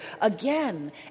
again